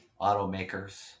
automakers